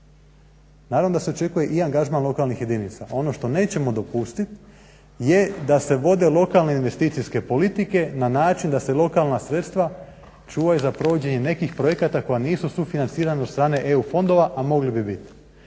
Naravno da se očekuje i angažman i lokalnih jedinica. Ono što nećemo dopustit je da se vode lokalne investicijske politike na način da se lokalna sredstva čuvaju za provođenje nekih projekata koja nisu sufinancirana od strane EU fondova, a mogli bi biti.